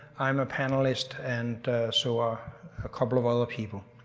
i am a panelist and so are a couple of other people.